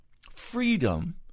freedom